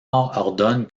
ordonne